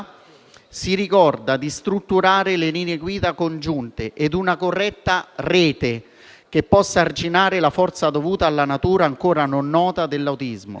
si ricorda di strutturare le linee guida congiunte e una corretta rete che possa arginare la forza dovuta alla natura ancora non nota dell'autismo.